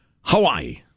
Hawaii